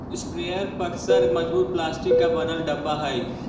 sprayer पअक्सर मजबूत plastic के बनल डब्बा हई